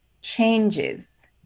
changes